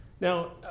Now